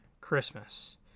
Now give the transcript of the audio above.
Christmas